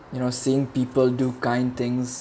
you know seeing people do kind things